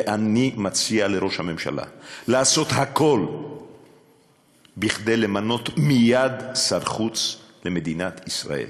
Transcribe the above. ואני מציע לראש הממשלה לעשות הכול כדי למנות מייד שר חוץ למדינת ישראל.